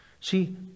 See